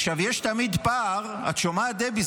עכשיו, יש תמיד פער, את שומעת, דבי?